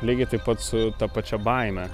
lygiai taip pat su ta pačia baime